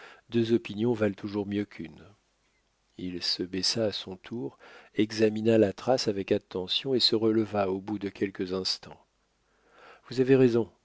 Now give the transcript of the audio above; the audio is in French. deux opinions valent toujours mieux qu'une il se baissa à son tour examina la trace avec attention et se releva au bout de quelques instants vous avez raison